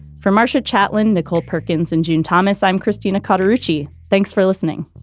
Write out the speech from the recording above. for marsha chatillon, nicole perkins and june thomas. i'm christina carter ritchie. thanks for listening